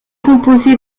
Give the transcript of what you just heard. composé